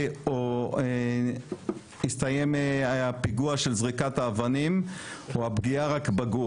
או הסתיים הפיגוע של זריקת האבנים או הפגיעה רק בגוף.